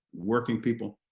working people.